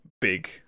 big